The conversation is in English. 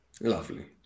Lovely